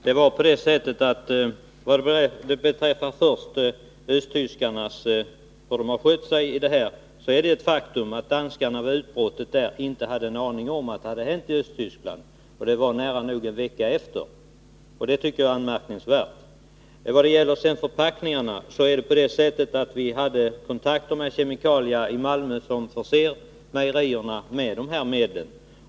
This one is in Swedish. Herr talman! Det är dock ett faktum att danskarna, när sjukdomen bröt ut i Danmark, inte hade en aning om att detsamma hade hänt i Östtyskland redan en vecka tidigare, och det tycker jag är anmärkningsvärt. Vid våra försök att få fram förpackningar hade vi kontakter med Kemikalia i Malmö som förser mejerierna med dessa medel.